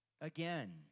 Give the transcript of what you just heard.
again